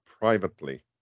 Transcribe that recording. privately